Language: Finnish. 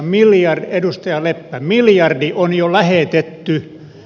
edustaja leppä miljardi on jo lähetetty